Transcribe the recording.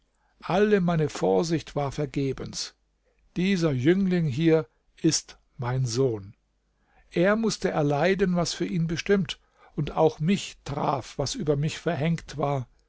alle mein vorsicht war vergebens dieser jüngling hier ist mein sohn er mußte erleiden was für ihn bestimmt und auch mich traf was über mich verhängt war